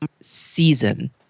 season